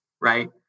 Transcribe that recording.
right